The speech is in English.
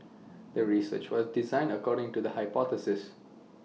the research was designed according to the hypothesis